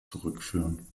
zurückführen